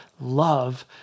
love